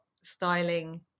styling